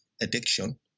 addiction